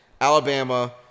Alabama